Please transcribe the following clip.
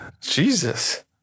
Jesus